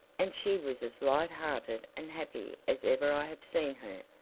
and she was as light hearted and happy as ever i have seen her.